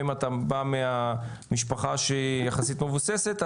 אם אתה בא ממשפחה שהיא יחסית מבוססת,